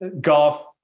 golf